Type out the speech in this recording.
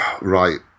Right